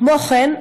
כמו כן,